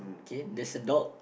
K there's a dog